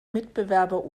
mitbewerber